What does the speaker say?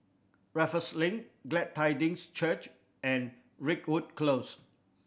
Raffles Link Glad Tidings Church and Ridgewood Close